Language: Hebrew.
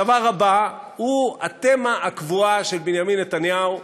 הדבר הבא הוא התמה הקבועה של בנימין נתניהו בעניין: